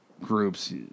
groups